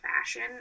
fashion